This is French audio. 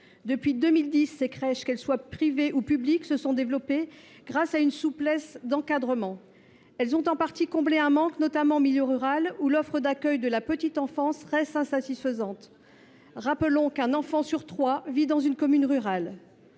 Depuis 2010, ces crèches, qu’elles soient privées ou publiques, se sont développées grâce à la souplesse dont elles bénéficient en matière d’encadrement. Elles ont en partie comblé un manque, notamment en milieu rural, où l’offre d’accueil de la petite enfance reste insatisfaisante. Rappelons à cet égard qu’un enfant sur trois vit dans une commune rurale.